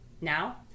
Now